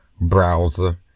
browser